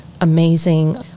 amazing